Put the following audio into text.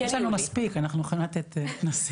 יש לנו מספיק, אנחנו יכולים לתת נושאים.